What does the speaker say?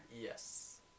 Yes